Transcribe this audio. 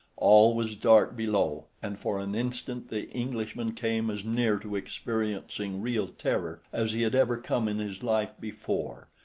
all was dark below and for an instant the englishman came as near to experiencing real terror as he had ever come in his life before.